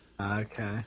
Okay